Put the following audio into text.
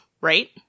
right